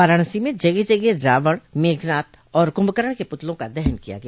वाराणसी मे जगह जगह रावण मेघनाथ और कृम्भकरण के पुतलों का दहन किया गया